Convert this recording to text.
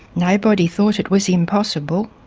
nobody thought it was impossible.